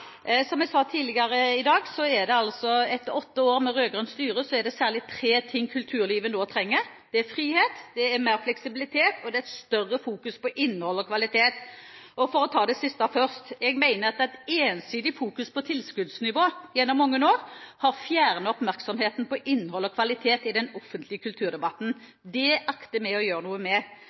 Som jeg sa tidligere i dag, er det etter åtte år med rød-grønt styre særlig tre ting kulturlivet nå trenger: Det er frihet, det er mer fleksibilitet, og det er et større fokus på innhold og kvalitet. For å ta det siste først: Jeg mener at et ensidig fokus på tilskuddsnivået gjennom mange år har fjernet oppmerksomheten fra innhold og kvalitet i den offentlige kulturdebatten. Det akter vi å gjøre noe med,